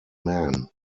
man